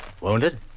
Wounded